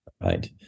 right